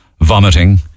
vomiting